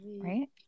Right